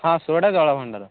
ହଁ ସେ ଗୋଟେ ଜଳଭଣ୍ଡାର